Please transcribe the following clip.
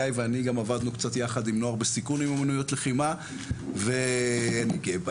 לכן היא צריכה לקחת אחריות, כי אלה